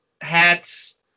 hats